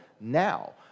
now